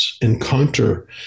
encounter